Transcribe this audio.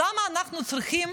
למה אנחנו צריכים